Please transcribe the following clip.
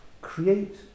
create